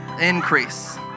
Increase